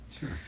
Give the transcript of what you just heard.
sure